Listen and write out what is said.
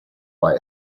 why